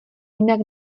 jinak